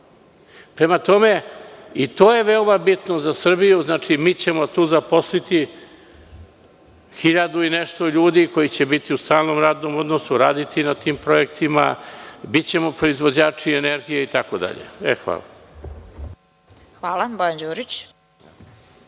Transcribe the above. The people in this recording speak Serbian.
Prema tome, i to je veoma bitno za Srbiju. Mi ćemo tu zaposliti hiljadu i nešto ljudi koji će biti u stalnom radnom odnosu, raditi na tim projektima, bićemo proizvođači energije itd. Hvala. **Vesna Kovač** Hvala. Reč ima Bojan Đurić.